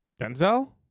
Denzel